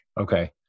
Okay